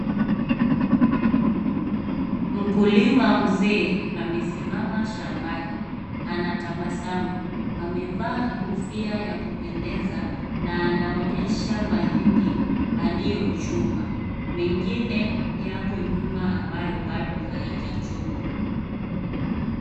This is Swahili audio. Mkulima mzee amesimama shambani anatabasamu. Amevaa kofia ya kupendeza na anaonyesha mahindi aliyochuma. Mengine yapo nyuma ambayo bado hayajachumwa.